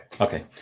Okay